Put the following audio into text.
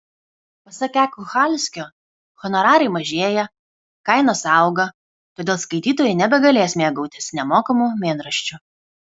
pasak e kuchalskio honorarai mažėja kainos auga todėl skaitytojai nebegalės mėgautis nemokamu mėnraščiu